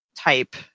Type